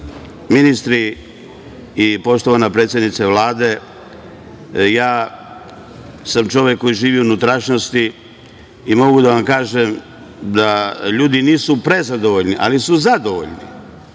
ministri i poštovana predsednice Vlade, ja sam čovek koji živu u unutrašnjosti i mogu da vam kažem da ljudi nisu prezadovoljni, ali su zadovoljni